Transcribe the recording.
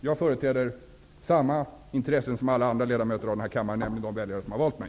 Jag företräder samma intressen som alla andra ledamöter av denna kammare, nämligen de väljare som har valt mig.